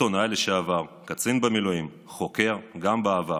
עיתונאי לשעבר, קצין במילואים, חוקר, גם בעבר.